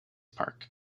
park